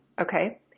okay